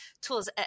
tools